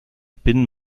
bin